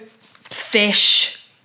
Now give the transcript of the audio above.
fish